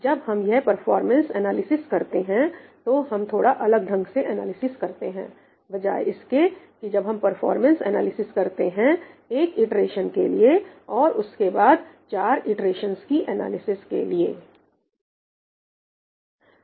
जब हम यह परफारमेंस एनालिसिस करते हैं तो हम थोड़ा अलग ढंग से एनालिसिस करते हैं बजाय इसके कि जब हम परफारमेंस एनालिसिस करते हैं एक इटरेशन के लिए और उसके बाद 4 इटरेशंस की एनालिसिस के लिए